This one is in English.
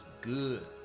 good